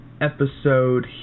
episode